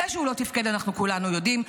זה שהוא לא תפקד אנחנו כולנו יודעים.